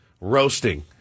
roasting